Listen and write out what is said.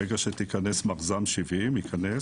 ברגע שמחז"מ 70 ייכנס